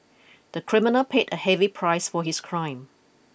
the criminal paid a heavy price for his crime